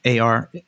AR